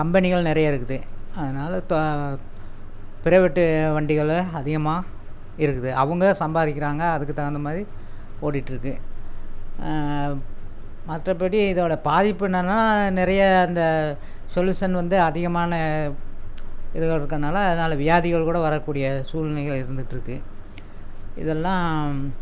கம்பெனிகள் நிறைய இருக்குது அதனால் பிரைவேட்டு வண்டிகளும் அதிகமாக இருக்குது அவங்க சம்பாதிக்குறாங்க அதற்கு தகுந்தமாதிரி ஒடிகிட்டு இருக்கு மற்றபடி இதோட பாதிப்பு என்னான்னா நிறைய இந்த சொல்யூஷன் வந்து அதிகமான இருக்கிறதுனால அதனால் வியாதிகள் கூட வரக்கூடிய சூழ்நிலைகள் இருந்துகிட்டு இருக்கு இதெல்லாம்